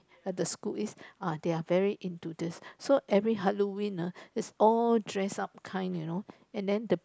the school is uh they're very into this so every Halloween it's all dress up kind you know and then the